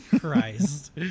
Christ